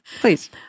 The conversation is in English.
Please